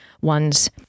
one's